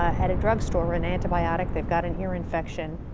at a drug store, or an antibiotic, they've got an ear infection,